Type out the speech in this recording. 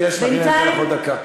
בינתיים, מגיעה לך עוד דקה.